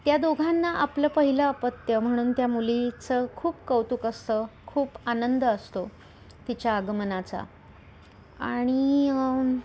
त्या दोघांना आपलं पहिलं अपत्य म्हणून त्या मुलीचं खूप कौतुक असतं खूप आनंद असतो तिच्या आगमनाचा आणि